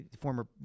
former